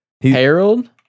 Harold